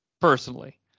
personally